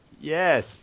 Yes